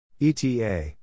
ETA